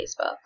Facebook